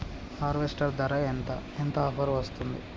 Harvester ధర ఎంత ఎంత ఆఫర్ వస్తుంది?